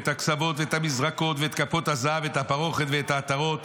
ואת הקשוות ואת המזרקות ואת כפות הזהב ואת הפרוכת ואת העטרות